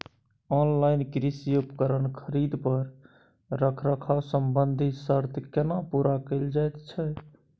Online कृषि उपकरण खरीद पर रखरखाव संबंधी सर्त केना पूरा कैल जायत छै?